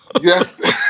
Yes